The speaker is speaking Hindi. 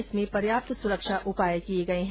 इसमें पर्याप्त सुरक्षा उपाय किए गए हैं